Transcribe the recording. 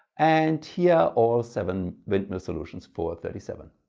and here all seven windmill solutions four thirty seven.